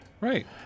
right